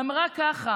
אמרה ככה: